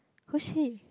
who's she